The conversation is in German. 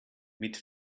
mit